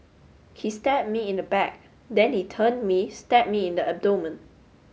he stabbed me in the back then he turned me stabbed me in the abdomen